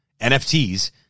NFTs